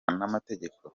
n’amategeko